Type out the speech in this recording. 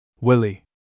Willie